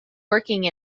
working